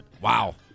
Wow